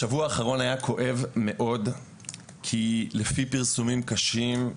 השבוע האחרון היה כואב מאוד כי, לפי פרסומים קשים,